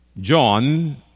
John